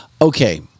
Okay